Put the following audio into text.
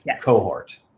cohort